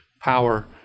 power